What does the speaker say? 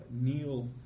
Neil